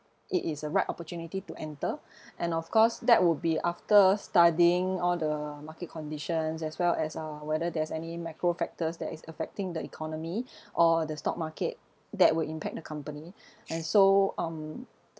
it is a right opportunity to enter and of course that would be after studying all the market conditions as well as uh whether there's any macro factors that is affecting the economy or the stock market that will impact the company and so um